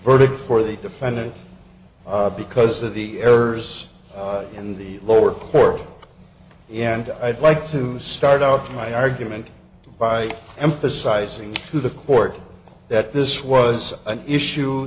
verdict for the defendant because of the errors in the lower court and i'd like to start out my argument by emphasizing to the court that this was an issue